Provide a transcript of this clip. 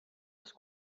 els